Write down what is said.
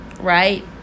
right